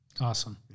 Awesome